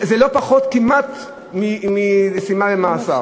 זה לא פחות משימה במאסר.